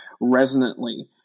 resonantly